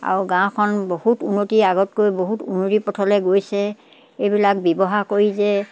আৰু গাঁওখন বহুত উন্নতি আগতকৈ বহুত উন্নতি পথলৈ গৈছে এইবিলাক ব্যৱহাৰ কৰি যে